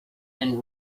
and